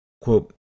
Quote